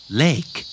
Lake